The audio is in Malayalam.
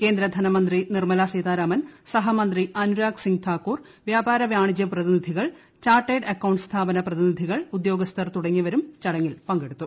കേന്ദ്ര ധനമന്ത്രി നിർമല സീതാരാമൻ സഹമന്തി അനുരാഗ് സിങ്ങ് താക്കൂർ വ്യാപാര വാണിജ്യ പ്രതിനിധികൾ ചാർട്ടേഡ് അക്കൌണ്ട് പ്രതിനിധികൾ ഉദ്യോഗസ്ഥർ തുടങ്ങിയവരും സ്ഥാപന ചടങ്ങിൽ പങ്കെടുത്തു